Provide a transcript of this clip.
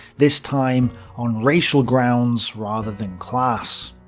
this time on racial grounds rather than class.